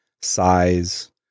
size